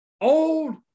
old